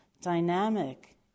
dynamic